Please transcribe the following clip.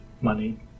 money